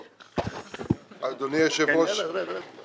איתן ברושי, בבקשה.